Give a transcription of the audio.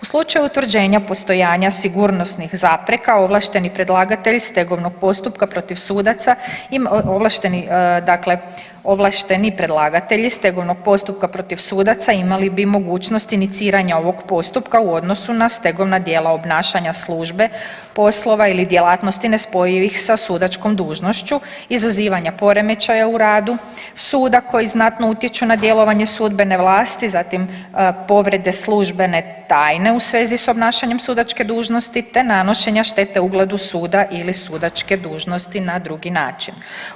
U slučaju utvrđenja postojanja sigurnosnih zapreka, ovlašteni predlagatelj stegovnog postupka protiv sudaca, ovlašteni predlagatelji stegovnog postupka protiv sudaca imali bi mogućnost iniciranja ovog postupka u odnosu na stegovna djela obnašanja službe, poslova ili djelatnosti nespojivih sa sudačkom dužnošću, izazivanja poremećaja u radu, suda koji znatno utječu na djelovanje sudbene vlasti, zatim povrede službene tajne u svezi s obnašanjem sudačke dužnosti te nanošenja štete ugledu suda ili sudačke dužnosti na drugi način.